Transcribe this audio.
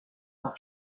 par